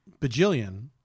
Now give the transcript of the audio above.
bajillion